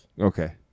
Okay